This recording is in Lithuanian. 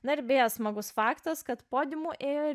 na ir beje smagus faktas kad podiumu ėjo